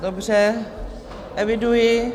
Dobře, eviduji.